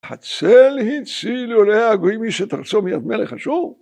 ‫הצל הציל, אלוהי הגויים, ‫מי שתרצו מיד מלך אשור.